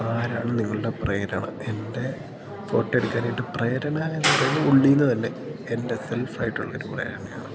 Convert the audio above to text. ആരാണ് നിങ്ങളുടെ പ്രേരണ എൻ്റെ ഫോട്ടോ എടുക്കാനായിട്ട് പ്രേരണ ഉള്ളില്നിന്നുതന്നെ എൻ്റെ സെൽഫായിട്ടുള്ളൊരു പ്രേരണയാണ്